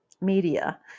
media